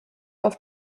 auf